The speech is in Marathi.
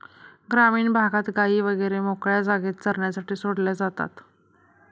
ग्रामीण भागात गायी वगैरे मोकळ्या जागेत चरण्यासाठी सोडल्या जातात